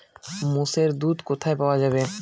মোষের দুধ কোথায় পাওয়া যাবে?